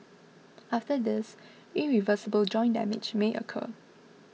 after this irreversible joint damage may occur